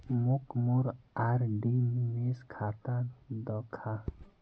मोक मोर आर.डी निवेश खाता दखा